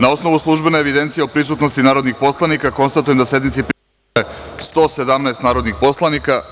Na osnovu službene evidencije o prisutnosti narodnih poslanika, konstatujem da sednici prisustvuje 117 narodnih poslanika.